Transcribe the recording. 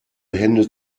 hände